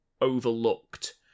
overlooked